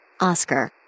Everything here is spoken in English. Oscar